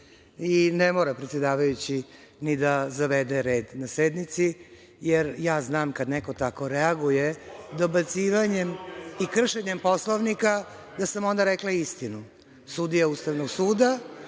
Ne mora predsedavajući ni da zavede red na sednici, jer ja znam kada neko tako reaguje dobacivanjem i kršenjem Poslovnika, da sam ovde rekla istinu. Sudija Ustavnog suda,